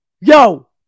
Yo